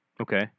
Okay